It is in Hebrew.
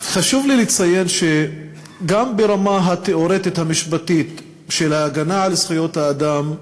חשוב לי לציין שגם ברמה התיאורטית המשפטית של ההגנה על זכויות האדם,